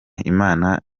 imana